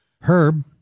Herb